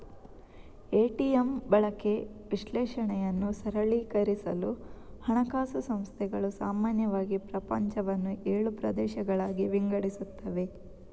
ATM ಬಳಕೆ ವಿಶ್ಲೇಷಣೆಯನ್ನು ಸರಳೀಕರಿಸಲು ಹಣಕಾಸು ಸಂಸ್ಥೆಗಳು ಸಾಮಾನ್ಯವಾಗಿ ಪ್ರಪಂಚವನ್ನು ಏಳು ಪ್ರದೇಶಗಳಾಗಿ ವಿಂಗಡಿಸುತ್ತವೆ